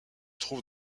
trouve